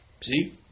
See